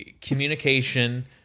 communication